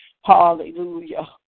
Hallelujah